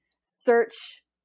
search